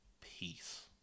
peace